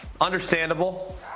Understandable